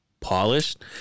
polished